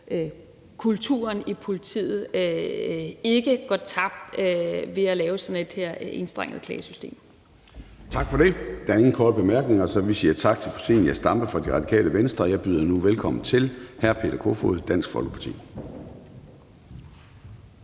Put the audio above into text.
kulturen i politiet ikke går tabt ved at lave sådan et enstrenget klagesystem her. Kl. 13:55 Formanden (Søren Gade): Tak for det. Der er ingen korte bemærkninger, så vi siger tak til fru Zenia Stampe fra Radikale Venstre. Jeg byder nu velkommen til hr. Peter Kofod, Dansk Folkeparti.